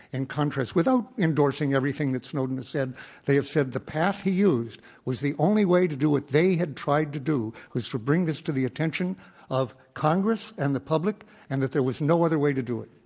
and contrast without endorsing everything that snowden has said they have said the path he used was the only way to do what they had tried to do, was to bring this to the attention of congress and the public and that there was no other way to do it.